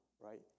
right